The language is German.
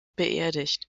beerdigt